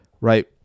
right